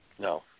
No